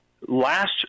last